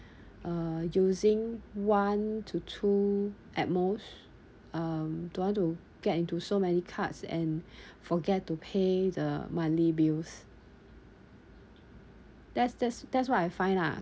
uh using one to two at most um don't want to get into so many cards and forget to pay the monthly bills that's that's that's what I find lah